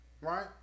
right